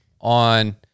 on